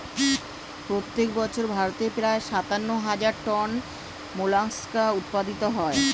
প্রত্যেক বছর ভারতে প্রায় সাতান্ন হাজার টন মোলাস্কা উৎপাদিত হয়